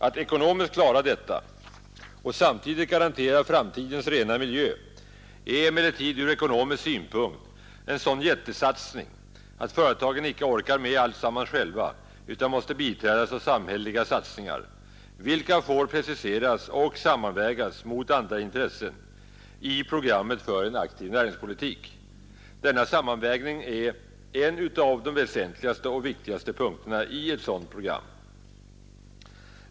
Att ekonomiskt klara detta och samtidigt garantera framtidens rena miljö är emellertid ur ekonomisk synpunkt en sådan jättesatsning att företagen icke orkar med alltsammans själva utan måste biträdas av samhälleliga satsningar, vilka får preciseras och sammanvägas mot andra intressen i programmet för en aktiv näringspolitik. Denna sammanvägning är en av de väsentligaste och viktigaste punkterna i ett sådant program.